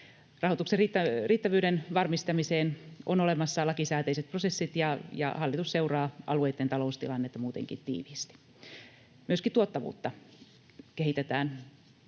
Rahoituksen riittävyyden varmistamiseen on olemassa lakisääteiset prosessit. Hallitus seuraa alueitten taloustilannetta muutenkin tiiviisti. Myöskin tuottavuutta kehitetään